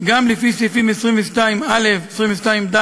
גם לפי סעיפים 22א, 22ד